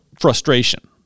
frustration